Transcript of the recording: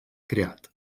creat